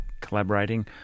collaborating